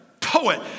poet